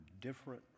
different